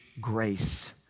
grace